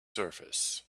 surface